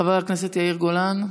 חבר הכנסת יאיר גולן,